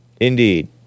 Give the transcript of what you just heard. Indeed